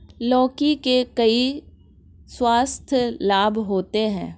लौकी के कई स्वास्थ्य लाभ होते हैं